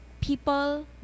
people